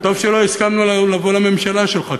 טוב שלא הסכמנו לבוא לממשלה שלך,